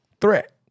threat